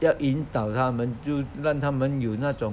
要引导他们让他们有那种